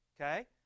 Okay